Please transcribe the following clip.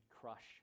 crush